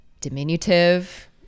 Diminutive